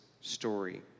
story